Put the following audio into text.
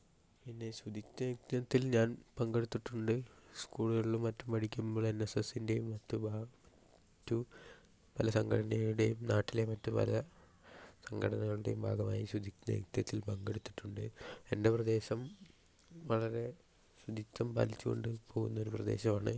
പിന്നെ ശുചിത്വ യജ്ഞത്തിൽ ഞാൻ പങ്കെടുത്തിട്ടുണ്ട് സ്കൂളുകളിലും മറ്റും പഠിക്കുമ്പോൾ എൻ എസ് എസ് ന്റെയും മറ്റു ഭാ ടു പല സംഘടനയുടെയും നാട്ടിലെ മറ്റുപല സംഘടനകളുടെയും ഭാഗമായി ശുചിത്വ യജ്ഞത്തിൽ പങ്കെടുത്തിട്ടുണ്ട് എൻ്റെ പ്രദേശം വളരെ ശുചിത്വം പാലിച്ചുകൊണ്ട് പോകുന്ന ഒരു പ്രദേശമാണ്